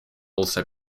also